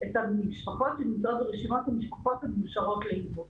את המשפחות שנמצאות ברשימת המשפחות המאושרות לאימוץ